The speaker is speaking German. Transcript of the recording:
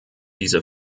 diese